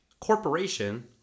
corporation